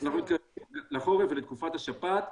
אנחנו מתקרבים לחורף ולתקופת השפעת,